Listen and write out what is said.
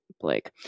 blake